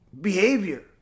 behavior